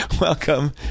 Welcome